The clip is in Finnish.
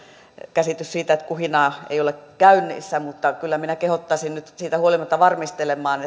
käsitys siitä että kuhinaa ei ole käynnissä mutta kyllä minä kehottaisin nyt siitä huolimatta varmistelemaan